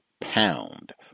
pound